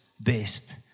best